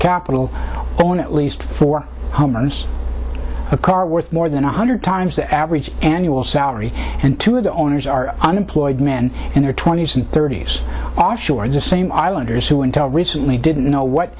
capital own at least four homes a car worth more than one hundred times the average annual salary and two of the owners are unemployed men in their twenty's and thirty's offshore and the same islanders who until recently didn't know what